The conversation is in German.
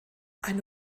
eine